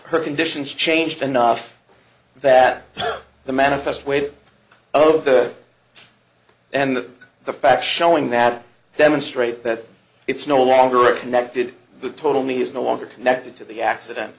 her condition changed enough that the manifest weight of the and the the fact showing that demonstrate that it's no longer a connected the total knee is no longer connected to the accident